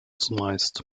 zumeist